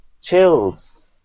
chills